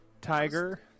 tiger